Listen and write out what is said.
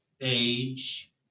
age